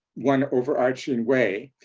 one overarching way.